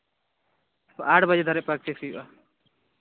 ᱟᱴ ᱵᱟᱡᱮ ᱫᱷᱟᱹᱨᱤᱡ ᱯᱮᱠᱴᱤᱥ ᱦᱩᱭᱩᱜᱼᱟ